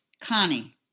Connie